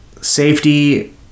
safety